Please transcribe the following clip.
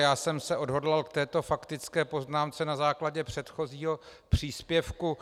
Já jsem se odhodlal k této faktické poznámce na základě předchozího příspěvku.